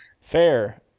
Fair